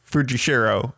Fujishiro